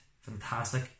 fantastic